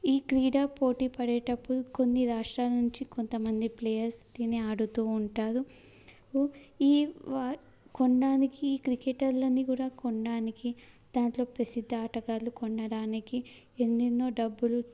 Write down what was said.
ఈ క్రీడ పోటీ పడేటప్పుడు కొన్ని రాష్ట్రాల నుంచి కొంతమంది ప్లేయర్స్ దీన్ని ఆడుతు ఉంటారు ఈ వ కొనడానికి క్రికెటర్లని కూడా కొనడానికి దాంట్లో ప్రసిద్ధ ఆటగాళ్ళు కొనడానికి ఎన్నెన్నో డబ్బులు